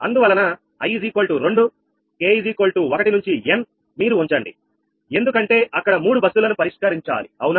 అందువలన i 2 k 1 to n మీరు ఉంచండి ఎందుకంటే అక్కడ మూడు బస్సులను పరిష్కరించాలి అవునా